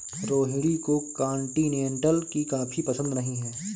रोहिणी को कॉन्टिनेन्टल की कॉफी पसंद नहीं है